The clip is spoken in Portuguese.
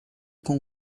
com